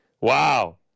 Wow